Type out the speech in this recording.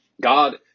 God